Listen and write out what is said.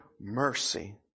mercy